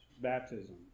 baptism